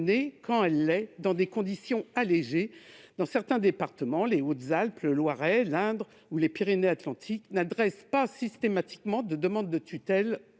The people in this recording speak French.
quand elle l'est, dans des conditions allégées. Certains départements- les Hautes-Alpes, le Loiret, l'Indre ou les Pyrénées-Atlantiques -n'adressent pas systématiquement de demande de tutelle